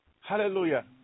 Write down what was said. Hallelujah